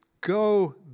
go